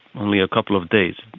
only a couple of days,